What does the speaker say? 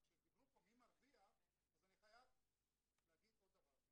כשדיברו פה מי מרוויח אז אני חייבת להגיד עוד דבר אחד.